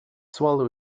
swallow